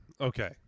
Okay